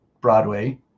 Broadway